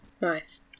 Nice